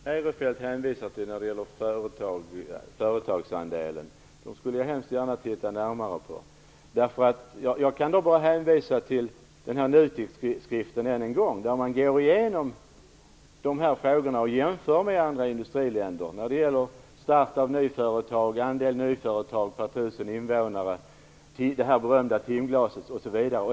Herr talman! De siffror som Christer Eirefelt hänvisar till och som gäller företagsandelen skulle jag hemskt gärna vilja titta närmare på. Jag kan bara än en gång hänvisa till NUTEK:s skrift. Där gås de här frågorna igenom och jämförelser görs med andra industriländer när det gäller start av nyföretagande, nyföretagande per 1 000 tusen invånare, det berömda timglaset osv.